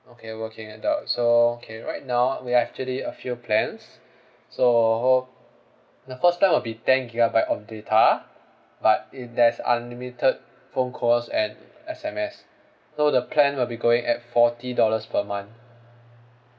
okay working adult so K right now we've actually a few plans so orh the first plan will be ten gigabyte of data but it there's unlimited phone calls and S_M_S so the plan will be going at forty dollars per month